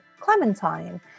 Clementine